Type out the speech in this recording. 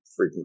freaking